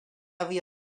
havia